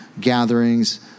gatherings